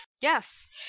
Yes